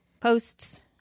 posts